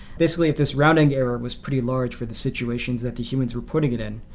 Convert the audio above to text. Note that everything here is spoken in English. basically, if this rounding error was pretty large for the situations that the humans were putting it in,